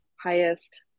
highest